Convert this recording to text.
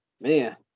man